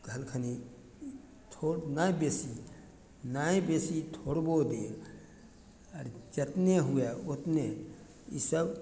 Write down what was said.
काल्हि खनी थोड़ ने बेसी ने बेसी थोड़बो देर अरे जतने हुवे ओतने ईसब